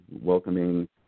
welcoming